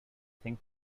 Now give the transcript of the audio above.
think